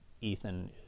Ethan